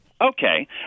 Okay